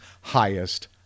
highest